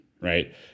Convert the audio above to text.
right